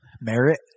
merit